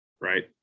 right